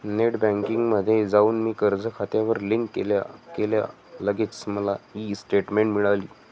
net बँकिंगमध्ये जाऊन मी कर्ज खात्यावर क्लिक केल्या केल्या लगेच मला ई स्टेटमेंट मिळाली